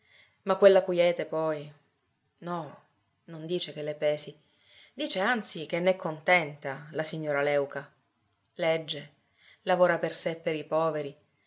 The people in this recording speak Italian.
ma quella quiete poi no non dice che le pesi dice anzi che n'è contenta la signora léuca legge lavora per sé e per i poveri